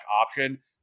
option